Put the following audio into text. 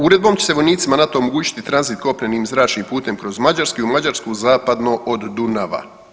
Uredbom će se vojnicima NATO-a omogućiti tranzit kopnenim i zračnim putem kroz Mađarsku i u Mađarsku zapadno od Dunava.